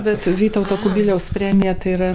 bet vytauto kubiliaus premija tai yra